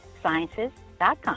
sciences.com